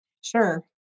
Sure